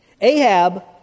Ahab